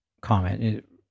comment